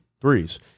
threes